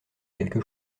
quelque